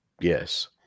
yes